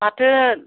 माथो